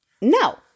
no